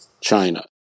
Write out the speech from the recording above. China